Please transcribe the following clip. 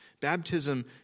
Baptism